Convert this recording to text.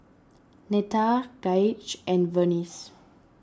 Netta Gaige and Vernice